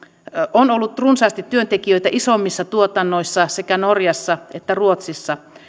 on ollut runsaasti työntekijöitä isommissa tuotannoissa sekä norjassa että ruotsissa